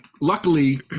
luckily